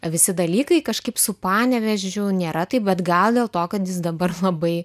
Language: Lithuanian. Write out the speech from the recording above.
visi dalykai kažkaip su panevėžiu nėra taip vat gal dėl to kad jis dabar labai